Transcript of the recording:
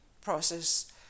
process